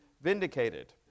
vindicated